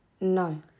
No